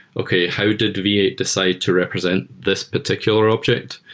okay, how did the v eight decide to represent this particular object?